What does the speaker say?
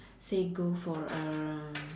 say go for a